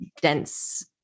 dense